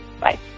Bye